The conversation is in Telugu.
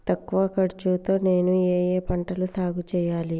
తక్కువ ఖర్చు తో నేను ఏ ఏ పంటలు సాగుచేయాలి?